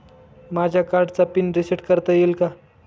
माझ्या कार्डचा pin reset करता येईल का?